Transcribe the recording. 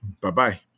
Bye-bye